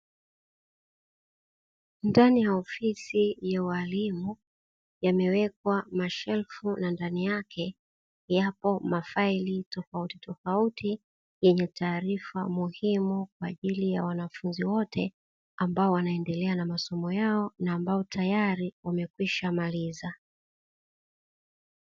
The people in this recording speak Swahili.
Ndani ya ofisi ya walimu, yamewekwa mashelfu na ndani yake yapo maafaili tofautitofauti yenye taarifa muhimu, kwa ajili ya wanafunzi wote ambao wanaendelea na masomo yao na ambao tayari wamekwisha maliza.